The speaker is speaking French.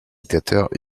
dictateur